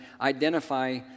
identify